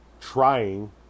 Trying